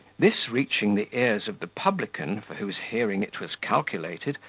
this reaching the ears of the publican, for whose hearing it was calculated,